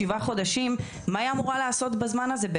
שבעה חודשים מה היא אמורה לעשות בזמן הזה?